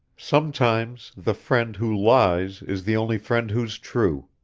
sometimes the friend who lies is the only friend who's true,